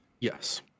yes